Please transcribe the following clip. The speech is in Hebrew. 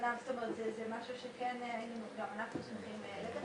אז אנחנו נעביר את הנתונים.